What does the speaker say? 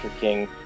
King